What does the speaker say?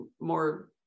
more